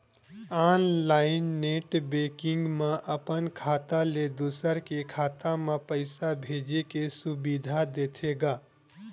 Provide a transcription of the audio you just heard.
online net banking म अपन खाता ले दूसर के खाता म पइसा भेजे के सुबिधा देथे गा